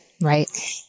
Right